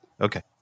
Okay